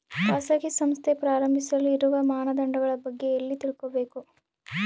ಖಾಸಗಿ ಸಂಸ್ಥೆ ಪ್ರಾರಂಭಿಸಲು ಇರುವ ಮಾನದಂಡಗಳ ಬಗ್ಗೆ ಎಲ್ಲಿ ತಿಳ್ಕೊಬೇಕು?